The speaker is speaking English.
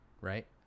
right